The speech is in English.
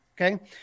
okay